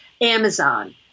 Amazon